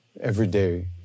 everyday